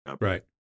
Right